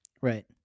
Right